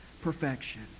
perfection